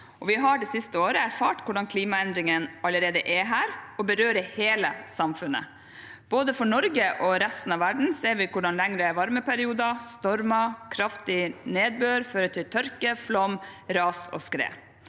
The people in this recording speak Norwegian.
Vi har det siste året erfart hvordan klimaendringene allerede er her og berører hele samfunnet. Både for Norge og resten av verden ser vi hvordan lengre varmeperioder, stormer og kraftig nedbør fører til tørke, flom, ras og skred.